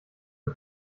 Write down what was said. nur